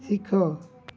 ଶିଖ